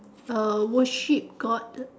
uh worship god